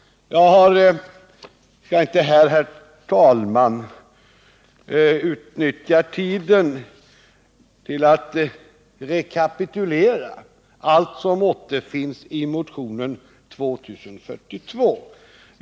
Jag skall inte, herr talman, utnyttja tiden till att rekapitulera allt som återfinns i motionen 2042.